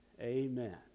Amen